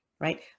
Right